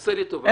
עשה לי טובה.